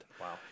Wow